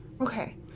Okay